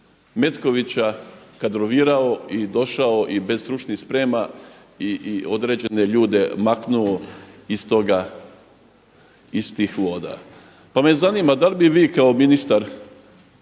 Metkovića kadrovirao i došao i bez stručnih sprema i određene ljude maknuo iz toga, iz tih voda. Pa me zanima da li bi vi kao ministar